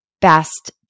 best